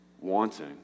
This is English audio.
wanting